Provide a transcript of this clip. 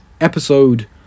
episode